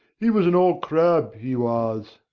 he was an old crab, he was